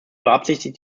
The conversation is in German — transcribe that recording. beabsichtigt